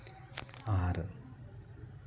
ᱟᱨ